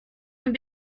and